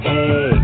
Hey